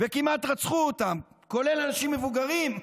וכמעט רצחו אותם, כולל אנשים מבוגרים,